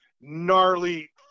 gnarly